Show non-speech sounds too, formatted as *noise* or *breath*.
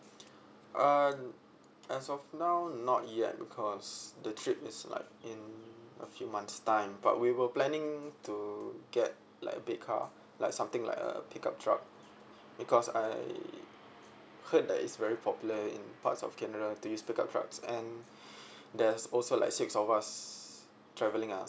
*breath* uh as of now not yet because the trip is like in a few months' time but we were planning to get like a big car like something like a pick up truck because I heard that it's very popular in parts of canada to use pick up trucks and *breath* there's also like six of us travelling ah